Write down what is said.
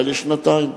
אולי לשנתיים.